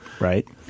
right